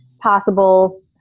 possible